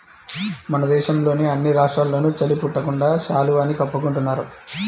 మన దేశంలోని అన్ని రాష్ట్రాల్లోనూ చలి పుట్టకుండా శాలువాని కప్పుకుంటున్నారు